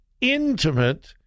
intimate